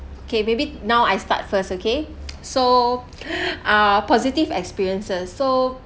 okay maybe now I start first okay so a positive experiences so